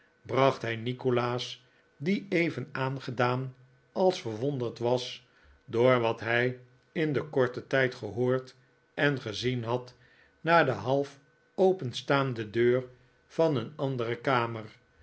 bracht hij nikolaas die even aangedaan als verwonderd was door wat hij in dien korten tijd gehoord en gezien had naar de half openstaande deur van een andere kamer